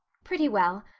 pretty well.